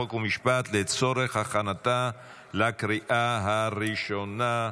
חוק ומשפט לצורך הכנתה לקריאה הראשונה.